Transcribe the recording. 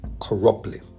corruptly